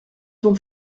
ton